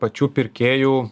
pačių pirkėjų